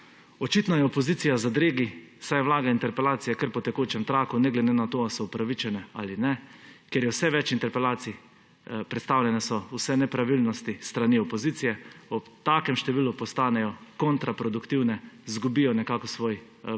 Očitno je opozicija v zadregi, saj vlaga interpelacije kar po tekočem traku, ne glede na to, ali so upravičene ali ne. Ker je vse več interpelacij, predstavljene so vse nepravilnosti s strani opozicije, ob takem številu postanejo kontra produktivne, izgubijo nekako svoj